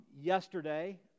Yesterday